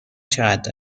چقدر